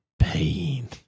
pain